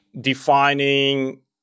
defining